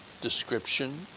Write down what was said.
description